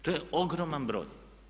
To je ogroman broj.